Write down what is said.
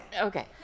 Okay